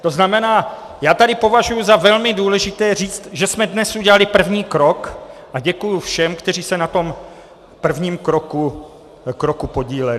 To znamená, já tady považuji za velmi důležité říct, že jsme dnes udělali první krok, a děkuji všem, kteří se na tom prvním kroku podíleli.